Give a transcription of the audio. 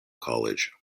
college